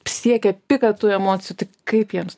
siekia piką tų emocijų tai kaip jiems